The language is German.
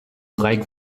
dreieck